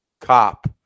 Cop